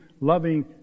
loving